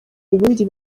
ubundi